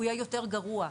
הוא יהיה יותר גרוע.